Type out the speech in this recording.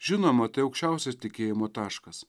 žinoma tai aukščiausias tikėjimo taškas